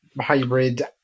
hybrid